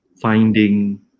finding